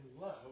love